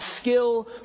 skill